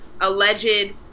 alleged